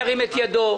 ירים את ידו.